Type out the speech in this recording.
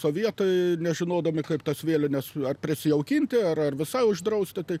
sovietai nežinodami kaip tas vėlines ar prisijaukinti ar ar visai uždrausti tai